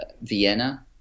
Vienna